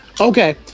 okay